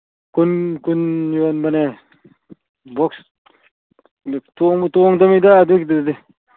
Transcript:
ꯀꯨꯟ ꯀꯨꯟ ꯌꯣꯟꯕꯅꯦ ꯕꯣꯛꯁ ꯇꯣꯡꯕꯨ ꯇꯣꯡꯗꯃꯤꯗ ꯑꯗꯨꯒꯤꯗꯨꯗꯤ